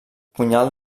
punyal